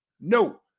no